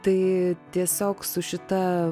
tai tiesiog su šita